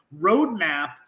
roadmap